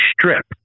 strip